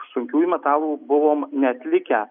sunkiųjų metalų buvom neatlikę